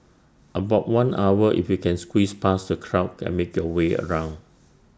about one hour if you can squeeze past the crowd and make your way around